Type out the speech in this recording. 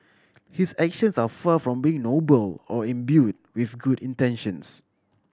his actions are far from being noble or imbued with good intentions